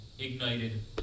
Ignited